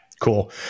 Cool